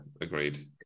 agreed